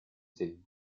team